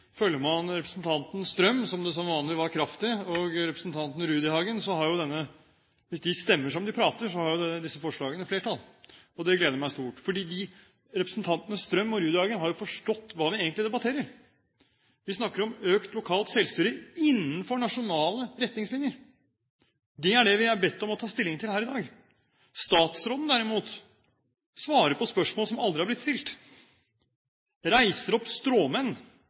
hvis representanten Strøm, som det som vanlig var kraft i, og representanten Rudihagen stemmer som de prater, har jo disse forslagene flertall. Det gleder meg stort, for representantene Strøm og Rudihagen har forstått hva vi egentlig debatterer. Vi snakker om økt lokalt selvstyre innenfor nasjonale retningslinjer. Det er det vi er bedt om å ta stilling til her i dag. Statsråden, derimot, svarer på spørsmål som aldri er blitt stilt, reiser opp stråmenn